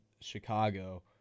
Chicago –